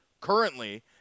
currently